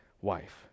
wife